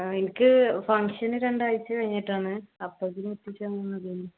ആ എനിക്ക് ഫങ്ഷന് രണ്ടാഴ്ച കഴിഞ്ഞിട്ടാണ് അപ്പോഴേക്ക് എത്തിച്ചുതന്നാൽ മതിയായിരുന്നു